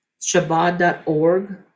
shabbat.org